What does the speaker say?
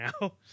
now